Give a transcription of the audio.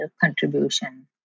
contribution